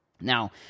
Now